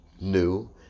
new